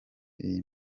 iyi